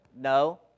No